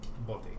body